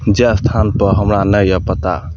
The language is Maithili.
जाहि स्थानपर हमरा नहि यऽ पता